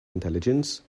intelligence